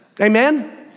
amen